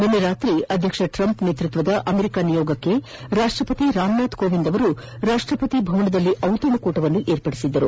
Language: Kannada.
ನಿನ್ನೆ ರಾತ್ರಿ ಅಧ್ಯಕ್ಷ ಟ್ರಂಪ್ ನೇತೃತ್ವದ ಅಮೆರಿಕ ನಿಯೋಗಕ್ಷೆ ರಾಷ್ವಪತಿ ರಾಮನಾಥ್ ಕೋವಿಂದ್ ರಾಷ್ನಪತಿ ಭವನದಲ್ಲಿ ದಿತಣಕೂಟ ವಿರ್ಪಡಿಸಿದ್ದರು